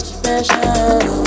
special